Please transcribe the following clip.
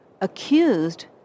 accused